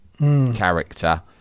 Character